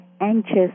anxious